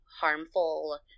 harmful